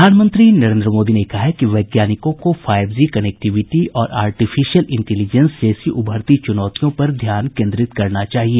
प्रधानमंत्री नरेन्द्र मोदी ने कहा है कि वैज्ञानिकों को फाईव जी कनेक्टिविटी और आर्टिफिशियल इंटेलिजेंस जैसी उभरती चुनौतियों पर ध्यान कोन्द्रित करना चाहिए